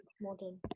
modern